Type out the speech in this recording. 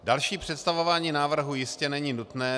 Další představování návrhu jistě není nutné.